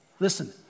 Listen